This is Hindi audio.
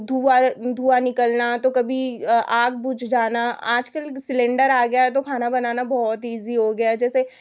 धुआँ धुआँ निकलना तो कभी आग बुझ जाना आज कल सिलेंडर आ गया है तो खाना बनाना बहुत ई जी हो गया है जैसे